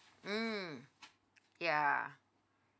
mm ya